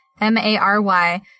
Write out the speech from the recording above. M-A-R-Y